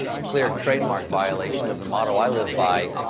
a clear trademark violation of the motto i live by,